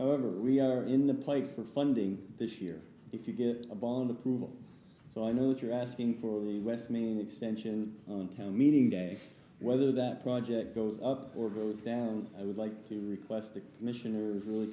over we are in the place for funding this year if you get a bond approval so i know what you're asking for the west main extension on town meeting day whether that project goes up or goes down i would like to request the commissioners